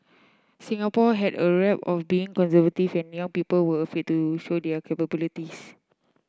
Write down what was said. Singapore had a rep of being conservative people were afraid to show their